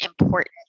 important